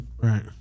Right